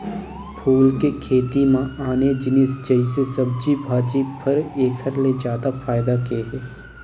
फूल के खेती म आने जिनिस जइसे सब्जी भाजी, फर एखर ले जादा फायदा के हे